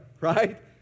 right